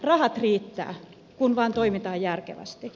rahat riittävät kun vain toimitaan järkevästi